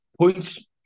Points